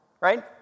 right